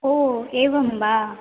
ओ एवं वा